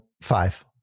Five